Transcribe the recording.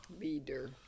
leader